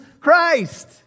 Christ